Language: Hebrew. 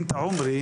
אינתה עומרי